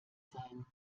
sein